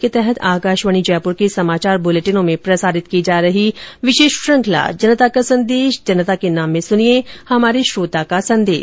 इसी के तहत आकाशवाणी जयपुर के समाचार बुलेटिनों में प्रसारित की जा रही विशेष श्रृखंला जनता का संदेश जनता के नाम में सनिये हमारे श्रोता का संदेश